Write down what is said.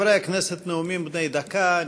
חברי הכנסת, נאומים בני דקה.